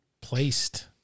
placed